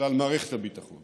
כלל מערכת הביטחון